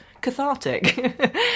cathartic